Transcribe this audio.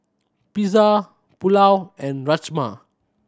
Pizza Pulao and Rajma